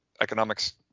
economics